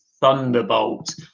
thunderbolt